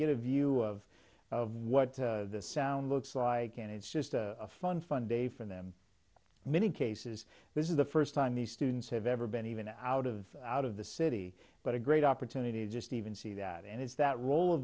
get a view of of what the sound looks like and it's just a fun fun day for them many cases this is the first time the students have ever been even out of out of the city but a great opportunity just even see that and it's that role of